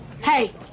Hey